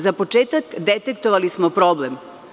Za početak detektovali smo problem.